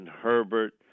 Herbert